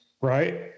Right